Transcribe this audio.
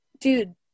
dude